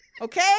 Okay